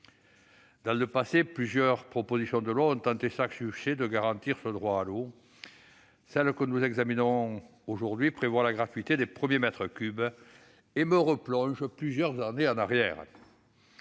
Dans le passé, plusieurs propositions de loi ont tenté, sans succès, de garantir ce droit à l'eau. Celle que nous examinons prévoit la gratuité des premiers mètres cubes et me replonge plusieurs années en arrière.